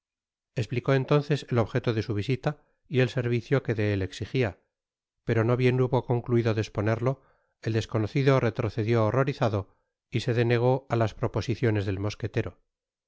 esplicó entonces el objeto de su visita y el servicio que de él exigía pero no bien hubo concluido de esponerlo el desconocido retrocedió horrorizado y se denegó á las proposiciones del mosquetero